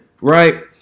right